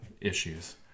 issues